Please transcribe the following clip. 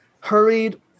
hurried